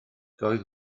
doedd